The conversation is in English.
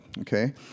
Okay